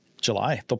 July